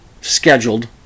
scheduled